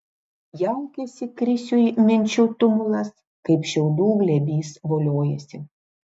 jaukiasi krisiui minčių tumulas kaip šiaudų glėbys voliojasi